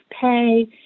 pay